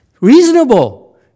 Reasonable